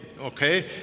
okay